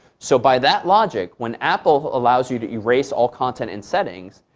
so by that logic, when apple allows you to erase all content in settings,